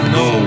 no